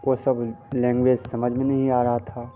को सब लैंग्वेज समझ में नहीं आ रहा था